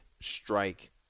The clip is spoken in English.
strike